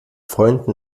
freunden